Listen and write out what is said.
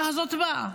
הממשלה הזאת באה.